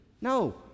no